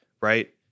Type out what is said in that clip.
right